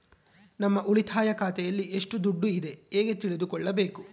ನಮ್ಮ ಉಳಿತಾಯ ಖಾತೆಯಲ್ಲಿ ಎಷ್ಟು ದುಡ್ಡು ಇದೆ ಹೇಗೆ ತಿಳಿದುಕೊಳ್ಳಬೇಕು?